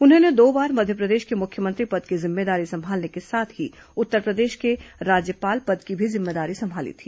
उन्होंने दो बार मध्यप्रदेश के मुख्यमंत्री पद की जिम्मेदारी संभालने के साथ ही उत्तरप्रदेश के राज्यपाल पद की भी जिम्मेदारी संभाली थी